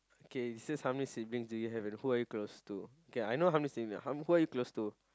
okay it says how many siblings do you have and who are you close to okay I know how many siblings who are you close to